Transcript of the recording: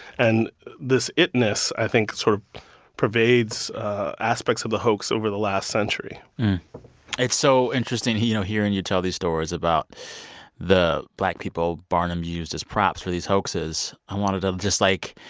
and this it-ness i think sort of pervades aspects of the hoax over the last century it's so interesting, you know, hearing you tell these stories about the black people barnum used as props for these hoaxes. i wanted to just, like,